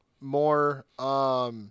more –